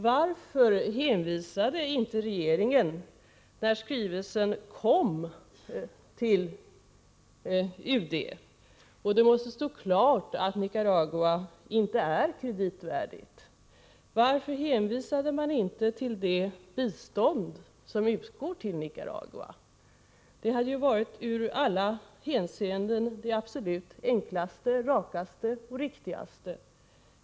Varför hänvisade inte regeringen, när skrivelsen kom till UD och det måste ha stått klart att Nicaragua inte är kreditvärdigt, till det bistånd som utgår till Nicaragua? Det hade varit det i alla hänseenden absolut enklaste, rakaste och riktigaste.